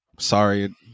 Sorry